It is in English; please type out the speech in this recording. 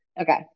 Okay